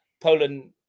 Poland